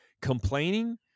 complaining